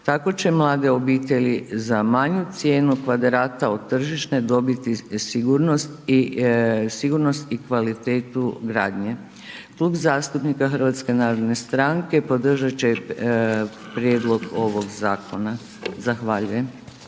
Tako će mlade obitelji za manju cijenu kvadrata od tržišne dobiti sigurnost i kvalitetu gradnje. Klub zastupnika HNS-a podržat će prijedlog ovog zakona. Zahvaljujem.